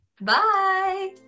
bye